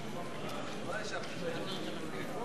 לא נתקבלה.